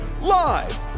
live